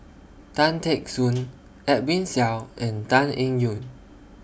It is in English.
Tan Teck Soon Edwin Siew and Tan Eng Yoon